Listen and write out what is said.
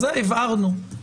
זה הבהרנו.